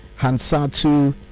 Hansatu